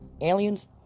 aliens